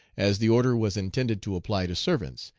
as the order was intended to apply to servants,